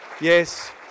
yes